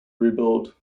rebuild